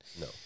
No